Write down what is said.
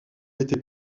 était